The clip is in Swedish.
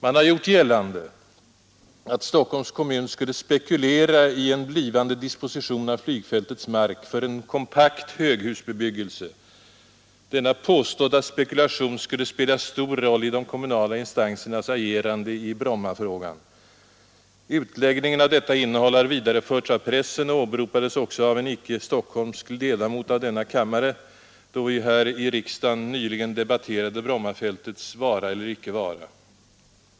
Man har gjort gällande att Stockholms kommun skulle spekulera i en liknande disposition av flygfältets mark för en kompakt höghusbebyggelse. Denna påstådda spekulation skulle spela stor roll i de kommunala instansernas agerande i Brommafrågan. Utläggningar av detta innehåll har förts vidare av pressen och åberopades också av en icke-stockholmsk ledamot av denna kammare, då vi här i riksdagen nyligen debatterade Brommafältets vara eller icke vara.